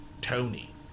Tony